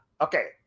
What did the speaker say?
Okay